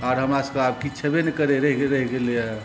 आर हमरा सबकए आब किछु छेबे नहि करय रहि रहि गेलैए